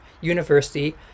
University